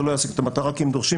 זה לא ישיג את המטרה כי הם דורשים